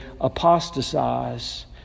apostatize